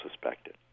suspected